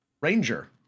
ranger